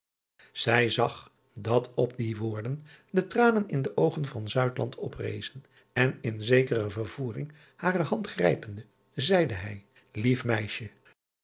ij zag dat op die woorden de tranen in de oogen van oprezen en in zekere vervoering hare hand grjjpende zeide hij ief meisje